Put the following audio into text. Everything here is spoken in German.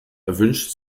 erwünscht